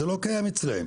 זה לא קיים אצלם.